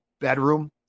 bedroom